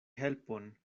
helpon